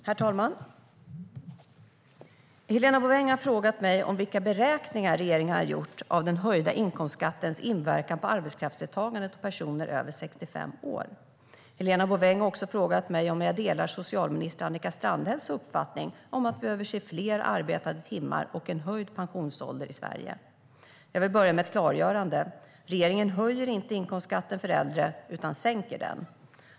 Herr talman! Helena Bouveng har frågat mig vilka beräkningar regeringen har gjort av den höjda inkomstskattens inverkan på arbetsdeltagandet hos personer över 65 år. Helena Bouveng har också frågat mig om jag delar socialförsäkringsminister Annika Strandhälls uppfattning att vi behöver se fler arbetade timmar och en höjd pensionsålder i Sverige. Jag vill börja med ett klargörande. Regeringen höjer inte inkomstskatten för äldre utan sänker den.